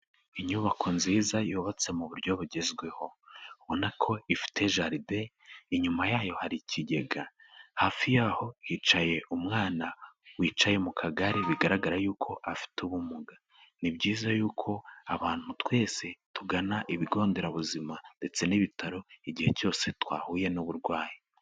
Inyubako nziza yubatse mu buryo bugezweho, ubona ko ifite jaride, inyuma yayo hari ikigega hafi yaho yicaye umwana wicaye mu kagare bigaragara yuko afite ubumuga, ni byiza y'uko abantu twese tugana ibigo nderabuzima ndetse n'ibitaro igihe cyose twahuye n'uburwayi.